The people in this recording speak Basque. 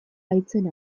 haitzen